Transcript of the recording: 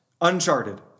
uncharted